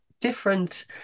different